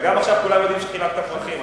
וגם עכשיו כולם יודעים שחילקת פרחים,